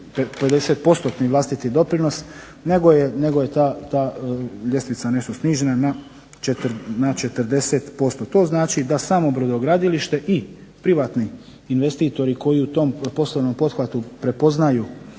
vlastiti doprinos, nego je ta ljestvica nešto snižena na 40%. To znači da samo brodogradilište i privatni investitori koji u tom poslovnom pothvatu prepoznaju